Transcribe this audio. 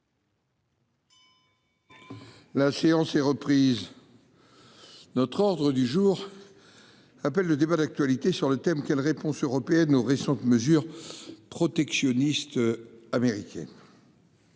La séance est reprise. L'ordre du jour appelle le débat d'actualité sur le thème :« Quelle réponse européenne aux récentes mesures protectionnistes américaines ?»